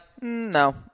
no